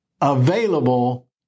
available